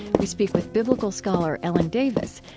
we speak with biblical scholar ellen davis,